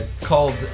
called